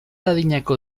adinako